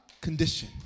condition